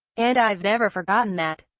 and i've never forgotten that.